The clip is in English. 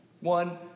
One